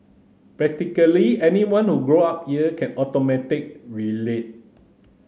practically anyone who grew up here can automatic relate